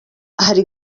hari